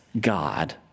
God